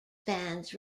fans